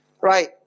right